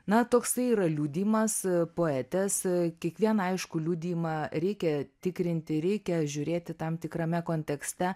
na toksai yra liudijimas poetės kiekvieną aišku liudijimą reikia tikrinti reikia žiūrėti tam tikrame kontekste